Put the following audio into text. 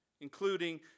including